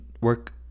work